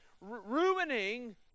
ruining